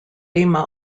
lima